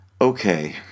Okay